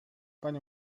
pani